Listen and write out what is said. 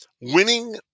winning